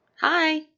Hi